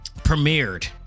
premiered